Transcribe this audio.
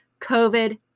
COVID